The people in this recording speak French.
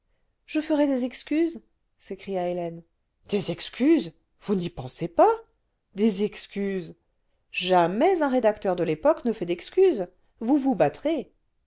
je ferai des excuses s'écria hélène le vingtième siècle des excuses vous n'y pensez pas des excuses jamais un rédacteur de y époque ne fait d'excuses vous vous battrez